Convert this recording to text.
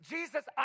Jesus